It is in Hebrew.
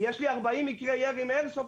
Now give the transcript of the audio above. יש לי 40 מקרי ירי מאיירסופט,